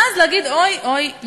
ואז להגיד: אוי,